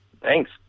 Thanks